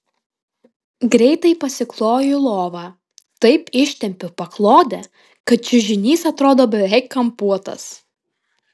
greitai pasikloju lovą taip ištempiu paklodę kad čiužinys atrodo beveik kampuotas